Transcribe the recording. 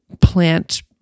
plant